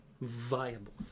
Viable